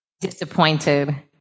disappointed